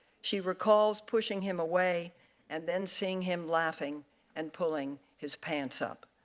she recalls pushing him away and then seeing him laughing and pulling his pants up.